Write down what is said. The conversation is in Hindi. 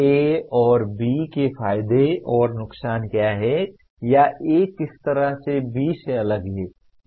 A और B के फायदे और नुकसान क्या हैं या A किस तरह से B से अलग है